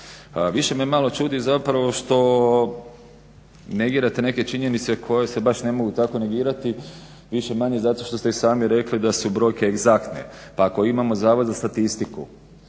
Više me malo čudi zapravo što negirate neke činjenice koje se baš ne mogu tako negirati više-manje zato što ste i sami rekli da su brojke egzaktne. Pa ako imamo Zavod za statistiku